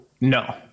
No